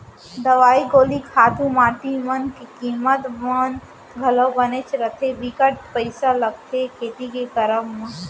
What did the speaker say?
दवई गोली खातू माटी मन के कीमत मन घलौ बनेच रथें बिकट पइसा लगथे खेती के करब म